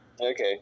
Okay